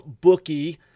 bookie